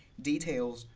details,